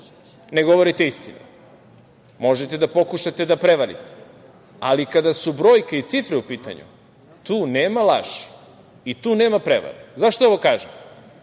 ne govorite istinu, možete da pokušate da prevarite, ali kada su brojke i cifre u pitanju, tu nema laži i tu nema prevare. Zašto ovo kažem?